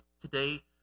today